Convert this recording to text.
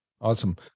Awesome